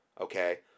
okay